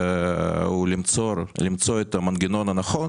הוא למצוא את המנגנון הנכון